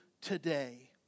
today